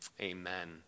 Amen